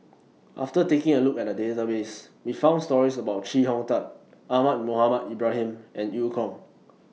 after taking A Look At The Database We found stories about Chee Hong Tat Ahmad Mohamed Ibrahim and EU Kong